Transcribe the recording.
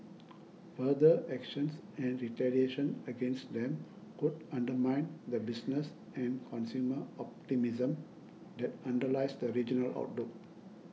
further actions and retaliation against them could undermine the business and consumer optimism that underlies the regional outlook